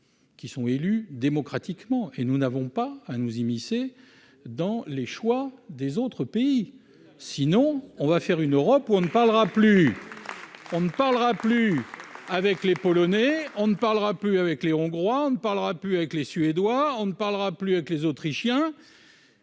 qui sont élus démocratiquement et nous n'avons pas à nous immiscer dans les choix des autres pays, sinon on va faire une Europe on ne parlera plus. On ne parlera plus. Avec les Polonais, on ne parlera plus avec les Hongrois, on ne parlera plus avec les Suédois, on ne parlera plus que les Autrichiens,